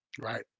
right